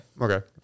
Okay